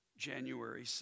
January